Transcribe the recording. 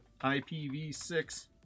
IPv6